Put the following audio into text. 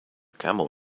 camel